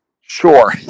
Sure